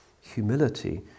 humility